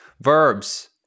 Verbs